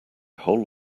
whole